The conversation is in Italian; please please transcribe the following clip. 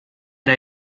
era